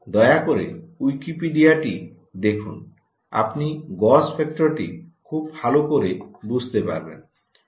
দয়া করে উইকিপিডিয়াটি দেখুন আপনি গজ ফ্যাক্টরটি খুব ভাল করে বুঝতে পারবেন